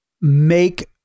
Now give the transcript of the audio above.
make